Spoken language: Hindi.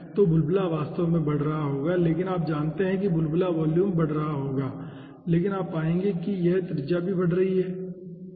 तो बुलबुला वास्तव में बढ़ रहा होगा लेकिन आप जानते हैं कि बुलबुला वॉल्यूम बढ़ा रहा होगा लेकिन आप पाएंगे कि यह त्रिज्या भी बढ़ रही है ठीक है